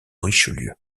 richelieu